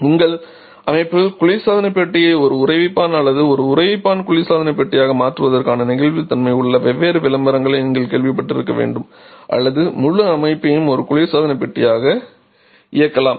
உங்கள் அமைப்பில் குளிர்சாதன பெட்டியை ஒரு உறைவிப்பான் அல்லது ஒரு உறைவிப்பான் குளிர்சாதன பெட்டியாக மாற்றுவதற்கான நெகிழ்வுத்தன்மை உள்ள வெவ்வேறு விளம்பரங்களை நீங்கள் கேள்விப்பட்டிருக்க வேண்டும் அல்லது முழு அமைப்பையும் ஒரு குளிர்சாதன பெட்டியாக இயக்கலாம்